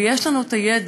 ויש לנו ידע,